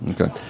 Okay